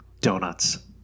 donuts